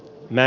mä